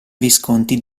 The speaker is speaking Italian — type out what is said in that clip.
visconti